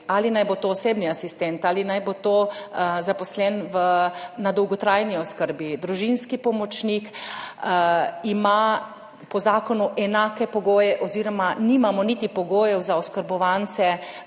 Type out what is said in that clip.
naj bo to osebni asistent ali naj bo to zaposlen v na dolgotrajni oskrbi, družinski pomočnik, ima po zakonu enake pogoje oziroma nimamo niti pogojev za oskrbovance